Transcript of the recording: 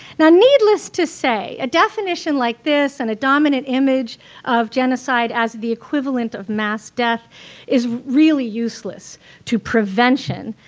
now needless to say, a definition like this and a dominant image of genocide as the equivalent of mass death is really useless to prevention.